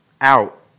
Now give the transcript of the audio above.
out